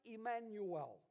Emmanuel